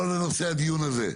לא לנושא הדיון הזה.